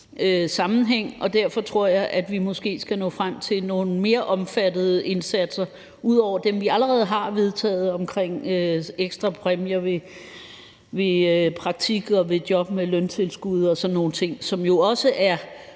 jobsøgningssammenhæng, og derfor tror jeg, at vi måske skal nå frem til nogle mere omfattende indsatser ud over dem, vi allerede har vedtaget omkring ekstrapræmier ved praktik og ved job med løntilskud og sådan nogle ting, som jo også er